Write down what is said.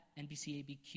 NBCABQ